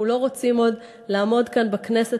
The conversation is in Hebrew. אנחנו לא רוצים עוד לעמוד כאן בכנסת